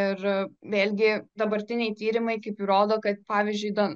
ir vėlgi dabartiniai tyrimai kaip įrodo kad pavyzdžiui don